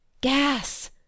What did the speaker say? Gas